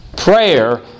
Prayer